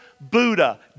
Buddha